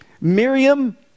Miriam